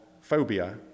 phobia